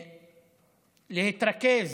להתרכז